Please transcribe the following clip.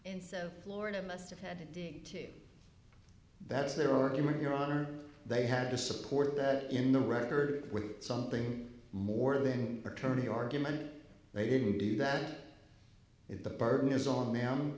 in so florida must have had to that's their argument your honor they had to support that in the record with something more than a tourney argument they didn't do that if the burden is on them